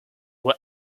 were